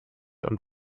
und